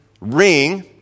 ring